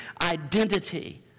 identity